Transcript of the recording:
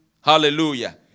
Hallelujah